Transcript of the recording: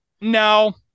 No